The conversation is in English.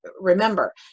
remember